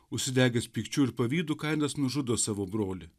užsidegęs pykčiu ir pavydu kainas nužudo savo brolį